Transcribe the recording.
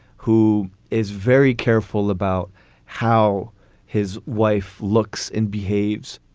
who is very careful about how his wife looks and behaves.